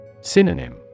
Synonym